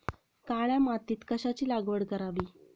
काळ्या मातीत कशाची लागवड करावी?